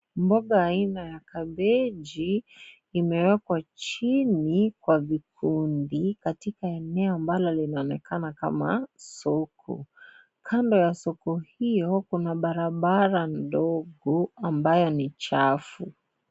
Mboga aina ya kabeji imewekwa chini kwa vikundi, katika eneo ambalo linaonekana kama soko, kando ya soko hiyo kuna barabara ndogo ambayo ni chafu.